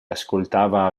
ascoltava